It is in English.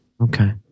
Okay